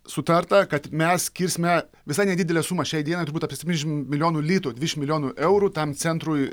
sutarta kad mes skirsime visai nedidelę sumą šiai dienai turbūt apie septyniasdešim milijonų litų dvidešim milijonų eurų tam centrui